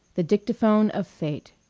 the dictaphone of fate.